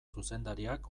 zuzendariak